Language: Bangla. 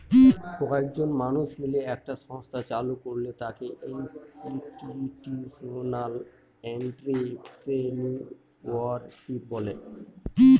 কয়েকজন মানুষ মিলে একটা সংস্থা চালু করলে তাকে ইনস্টিটিউশনাল এন্ট্রিপ্রেনিউরশিপ বলে